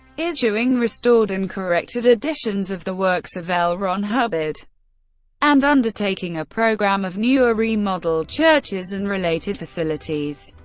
issuing restored and corrected editions of the works of l. ron hubbard and undertaking a program of new or remodeled churches and related facilities.